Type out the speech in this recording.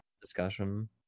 discussion